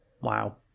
Wow